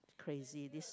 crazy this